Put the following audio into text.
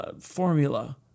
formula